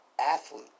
athlete